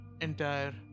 entire